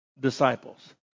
disciples